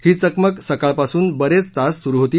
ही चकमक सकाळपासून बरेच तास सुरू होती